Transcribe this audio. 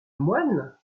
moyne